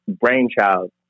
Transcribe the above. Brainchild